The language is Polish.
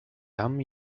tam